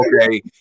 okay